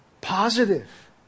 Positive